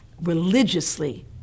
religiously